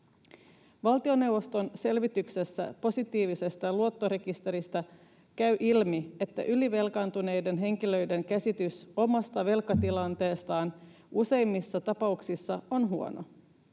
Valtioneuvoston selvityksessä positiivisesta luottorekisteristä käy ilmi, että ylivelkaantuneiden henkilöiden käsitys omasta velkatilanteestaan useimmissa tapauksissa on huono.